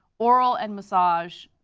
oral and massage,